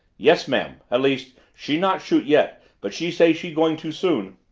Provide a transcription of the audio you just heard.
yes, ma'am. at least she not shoot yet but she say she going to soon.